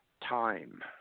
time